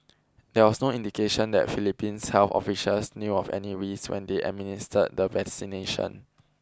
there was no indication that Philippines health officials knew of any risks when they administered the vaccination